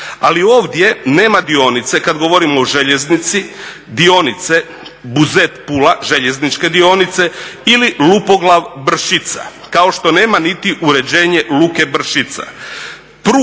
Ali ovdje nema dionice kad govorim o željeznici, dionice Buzet – Pula, željezničke dionice ili Lupoglav – Bršica kao što nema niti uređenje luke Bršica.